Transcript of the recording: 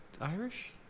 Irish